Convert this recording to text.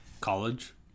college